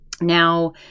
Now